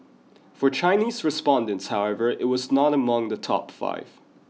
for Chinese respondents however it was not among the top five